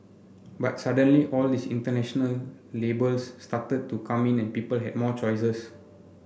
but suddenly all these international labels started to come in and people had more choices